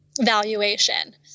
valuation